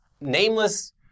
nameless